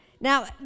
Now